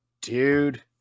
dude